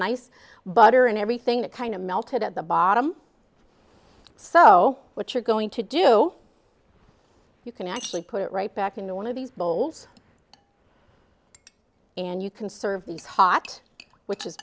nice butter and everything that kind of melted at the bottom so what you're going to do you can actually put it right back into one of these bowls and you can serve these hot which is